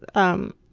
um,